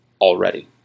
already